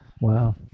Wow